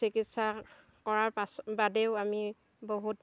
চিকিৎসা কৰাৰ পাছত বাদেও আমি বহুত